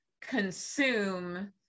consume